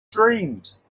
dreams